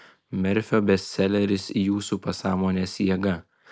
merfio bestseleris jūsų pasąmonės jėga